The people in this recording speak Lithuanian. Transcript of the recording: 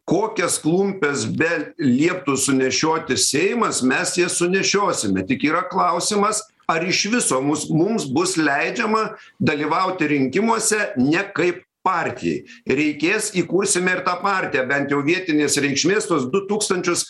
kokias klumpes belieptų sunešioti seimas mes jas sunešiosime tik yra klausimas ar iš viso mus mums bus leidžiama dalyvauti rinkimuose ne kaip partijai reikės įkursime ir tą partiją bent jau vietinės reikšmės tuos du tūkstančius